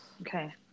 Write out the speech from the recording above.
okay